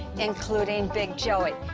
including big joey.